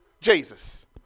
Jesus